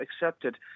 accepted